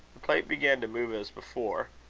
the plate began to move as before.